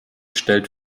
stellt